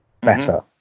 better